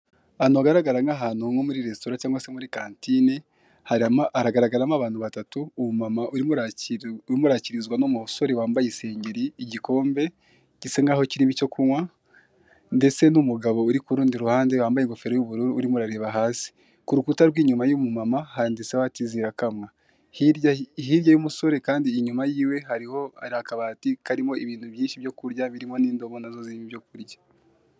Ahantu hagaragara nk'ahantu nko muri resitora cyangwag se muri kantine harimo hagaragaramo abantu batatu, umuma urimo urakirizwa n'umusore wambaye isengeri igikombe gisa nkaho kirimo icyo kunywa, ndetse n'umugabo uri ku urundi ruhande wambaye ingofero y'ubururu urimo ureba hasi, ku urukuta rw'inyuma y'uwo mumama handitseho hati: "zirakama" hirya y'umusore kandi inyuma yiwe hari akabati karimo ibintu byinshi byo kurya birimo n'indobo zuzuyemo ibyo kurya.